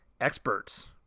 experts